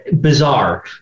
bizarre